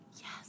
Yes